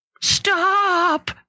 stop